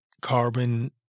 Carbon